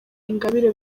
ingabire